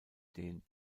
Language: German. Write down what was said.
den